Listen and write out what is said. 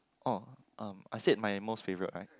oh I said my most favourite right